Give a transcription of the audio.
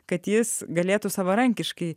kad jis galėtų savarankiškai